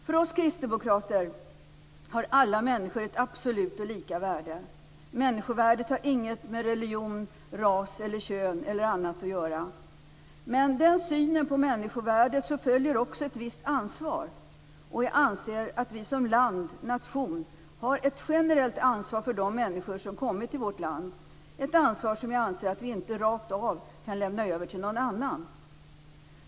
För oss kristdemokrater har alla människor ett absolut och lika värde. Människovärdet har inget med religion, ras, kön eller något annat att göra. Med den synen på människovärdet följer också ett visst ansvar. Jag anser att vi som land, som nation, har ett generellt ansvar för de människor som har kommit till vårt land - ett ansvar som jag anser att vi inte rakt av kan lämna över till någon annan.